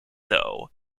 though